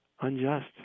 unjust